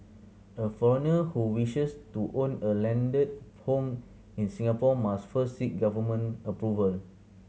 a foreigner who wishes to own a landed home in Singapore must first seek government approval